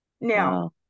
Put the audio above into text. Now